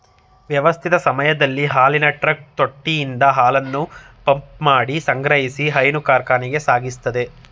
ವ್ಯವಸ್ಥಿತ ಸಮಯದಲ್ಲಿ ಹಾಲಿನ ಟ್ರಕ್ ತೊಟ್ಟಿಯಿಂದ ಹಾಲನ್ನು ಪಂಪ್ಮಾಡಿ ಸಂಗ್ರಹಿಸಿ ಹೈನು ಕಾರ್ಖಾನೆಗೆ ಸಾಗಿಸ್ತದೆ